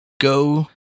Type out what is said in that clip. go